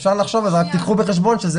אפשר לחשוב עליו אבל קחו בחשבון שזה